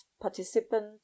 participant